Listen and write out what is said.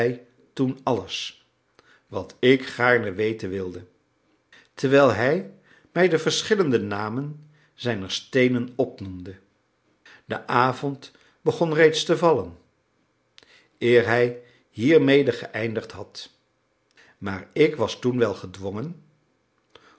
toen alles wat ik gaarne weten wilde terwijl hij mij de verschillende namen zijner steenen opnoemde de avond begon reeds te vallen eer hij hiermede geëindigd had maar ik was toen wel gedwongen